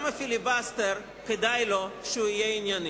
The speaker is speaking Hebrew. גם הפיליבסטר כדאי לו שהוא יהיה ענייני.